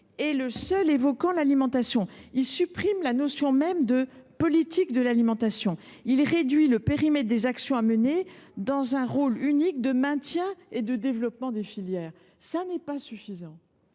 texte qui mentionne l’alimentation. Toutefois, il supprime la notion même de politique de l’alimentation et réduit le périmètre des actions à mener, dans un rôle unique de maintien et de développement des filières. Cela n’est pas suffisant.